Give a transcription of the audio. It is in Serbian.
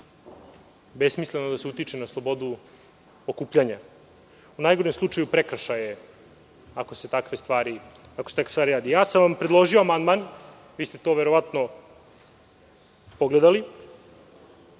besmisleno da se utiče na slobodu okupljanja. U najgorem slučaju, prekršaj je ako se takve stvari rade. Ja sam vam predložio amandman, vi ste to verovatno pogledali